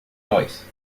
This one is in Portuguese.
nós